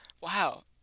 Wow